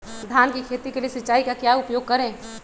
धान की खेती के लिए सिंचाई का क्या उपयोग करें?